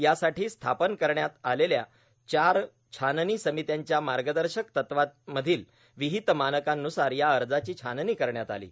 यासाठी स्थापन करण्यात आलेल्या चार छाननी र्सामत्यांच्या मागदशक तत्त्वांमधील र्वाहत मानकांन्सार या अजाची छाननी करण्यात आलो